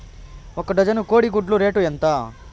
ఒక డజను కోడి గుడ్ల రేటు ఎంత?